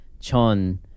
Chon